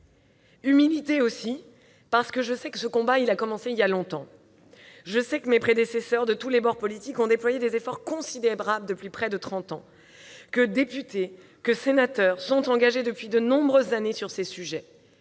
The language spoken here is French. Humilité aussi, parce que ce combat a commencé il y a longtemps. Je le sais, mes prédécesseurs, de tous les bords politiques, ont déployé des efforts considérables depuis près de trente ans. Je le sais aussi, députés et sénateurs sont engagés depuis de nombreuses années sur ces sujets.